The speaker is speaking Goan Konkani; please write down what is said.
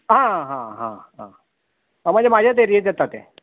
आ हा हा हा म्हन्जे म्हाजेत एरयेत येता तें